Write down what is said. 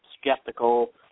skeptical